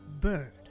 Bird